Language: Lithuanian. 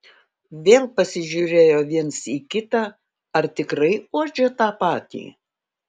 vėl pasižiūrėjo viens į kitą ar tikrai uodžia tą patį